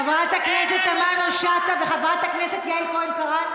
חברת הכנסת תמנו-שטה וחברת הכנסת יעל כהן-פארן,